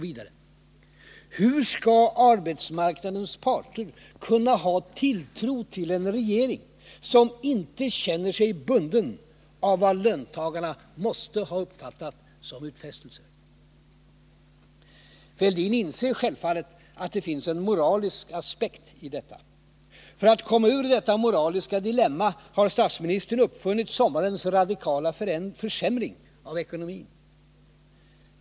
Vidare: Hur skall arbetsmarknadens parter kunna ha tilltro till en regering som inte känner sig bunden av vad löntagarna måste ha uppfattat som utfästelser? Thorbjörn Fälldin inser självfallet att det finns en moralisk aspekt i detta. För att komma ur detta moraliska dilemma har statsministern uppfunnit sommarens radikala försämring av ekonomin.